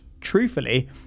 truthfully